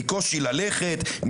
קושי ללכת,